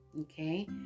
okay